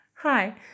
Hi